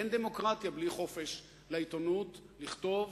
אין דמוקרטיה בלי חופש לעיתונות לכתוב,